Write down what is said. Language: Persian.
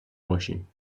باشیم